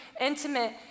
intimate